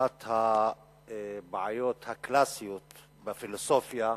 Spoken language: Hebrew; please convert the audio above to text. אחת הבעיות הקלאסיות בפילוסופיה,